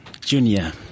junior